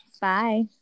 Bye